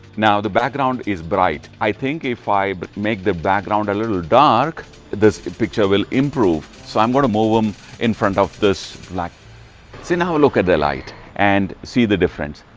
now the background is bright i think if i but make the background a little dark this picture will improve. so, i'm going to move them in front of this like see now look at the light and see the difference.